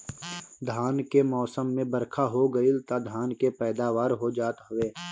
धान के मौसम में बरखा हो गईल तअ धान के पैदावार हो जात हवे